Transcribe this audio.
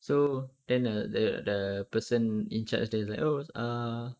so then uh the the person in charge they like oh err